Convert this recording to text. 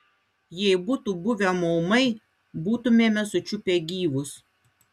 jei būtų buvę maumai būtumėme sučiupę gyvus